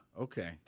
Okay